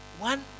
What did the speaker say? one